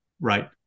right